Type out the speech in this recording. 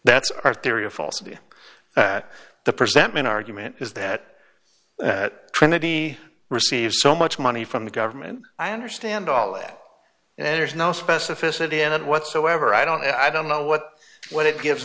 that's our theory of falsity at the present main argument is that trinity receives so much money from the government i understand all that and there's no specificity and whatsoever i don't i don't know what when it gives